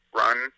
run